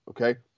Okay